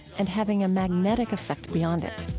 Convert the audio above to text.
and having a magnetic effect beyond it